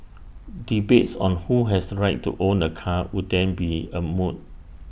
debates on who has the right to own A car would then be A moot